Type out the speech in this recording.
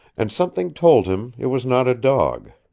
and something told him it was not a dog.